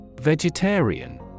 Vegetarian